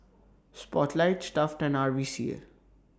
Spotlight Stuff'd and R V C A